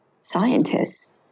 scientists